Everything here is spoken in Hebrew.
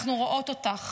אנחנו רואות אותך